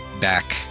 back